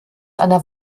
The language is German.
einer